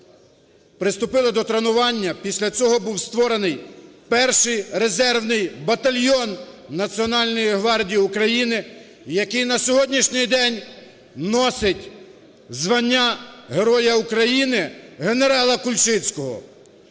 приступили до тренування, після цього був створений перший резервний батальйон Національної гвардії України, який на сьогоднішній день носить звання Героя України генерала Кульчицького.